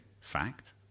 fact